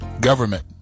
Government